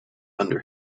under